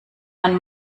man